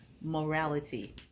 morality